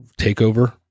takeover